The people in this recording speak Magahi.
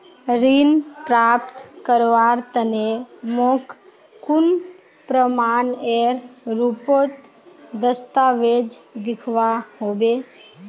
ऋण प्राप्त करवार तने मोक कुन प्रमाणएर रुपोत दस्तावेज दिखवा होबे?